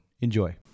Enjoy